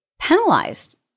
penalized